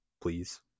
please